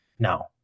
now